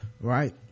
right